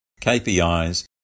KPIs